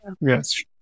Yes